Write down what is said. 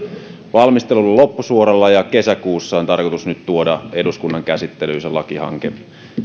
loppusuoralla ja kesäkuussa on tarkoitus tuoda eduskunnan käsittelyyn se lakihanke